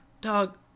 Doug